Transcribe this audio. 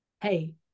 hey